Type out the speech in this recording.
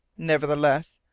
nevertheless,